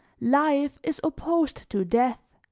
life is opposed to death.